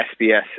SBS